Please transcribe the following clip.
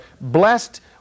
blessed